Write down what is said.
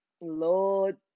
Lord